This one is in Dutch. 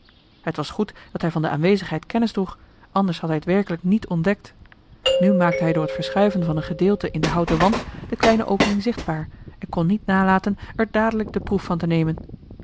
het was goed dat hij van de aanwezigheid kennis droeg anders had hij het werkelijk niet ontdekt nu maakte hij door het verschuiven van een gedeelte in den houten wand de kleine opening zichtbaar en kon niet nalaten er dadelijk de proef van te nemen